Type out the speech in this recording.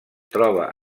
troba